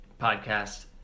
podcast